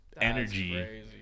energy